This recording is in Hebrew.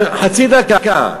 חצי דקה.